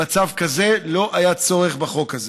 במצב כזה לא היה צורך בחוק הזה,